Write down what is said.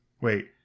wait